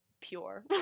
pure